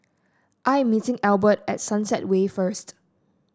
I am meeting Albert at Sunset Way first